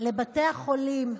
לבתי החולים,